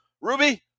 Ruby